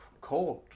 cold